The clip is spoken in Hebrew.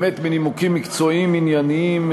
באמת בנימוקים מקצועיים ענייניים,